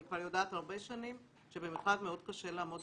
אני כבר יודעת הרבה שנים שבמכרז מאוד קשה לעמוד